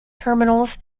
terminals